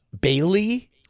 Bailey